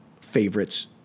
favorites